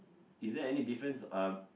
is there any difference uh